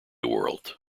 world